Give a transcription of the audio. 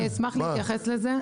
אני אשמח להתייחס לזה,